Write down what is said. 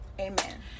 Amen